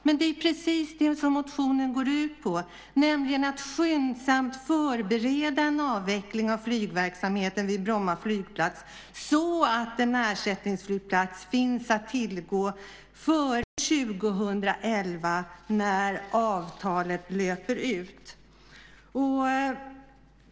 Men det är precis det som motionen går ut på, nämligen att skyndsamt förbereda en avveckling av flygverksamheten vid Bromma flygplats så att en ersättningsflygplats finns att tillgå före 2011 när avtalet löper ut.